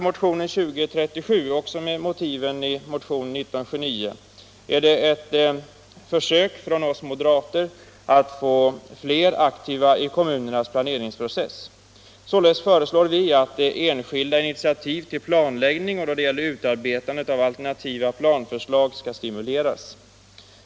Motionen 2037, också med motiven i motion nr 1979, är ett försök från oss moderater att få fler aktiva i kommunernas planeringsprocess. Således föreslår vi att enskilda initiativ till planläggning och utarbetande av alternativa planförslag skall stimuleras.